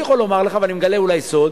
אני יכול לומר, ואני מגלה אולי סוד,